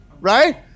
right